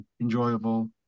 enjoyable